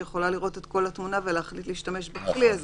שיכולה לראות את כל התמונה ולהחליט אם להשתמש בכלי הזה.